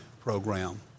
program